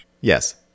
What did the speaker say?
Yes